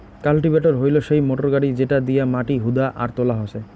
cultivator হইলো সেই motor গাড়ি যেটা দিয়া মাটি হুদা আর তোলা হসে